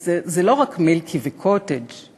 זה לא רק מילקי וקוטג';